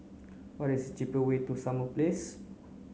what is cheaper way to Summer Place